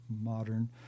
modern